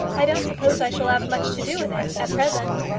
i don't suppose i shall have much to do with it at present.